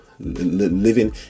living